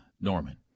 Norman